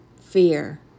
fear